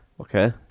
Okay